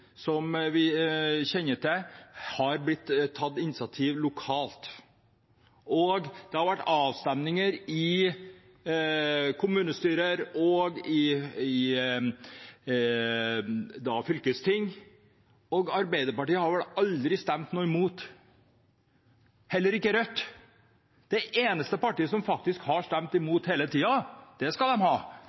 som vi kjenner til, har det blitt tatt initiativ til lokalt, og det har vært avstemminger i kommunestyrer og i fylkesting. Arbeiderpartiet har vel aldri stemt imot – og heller ikke Rødt. Det eneste partiet som faktisk har stemt imot hele tiden – det skal de ha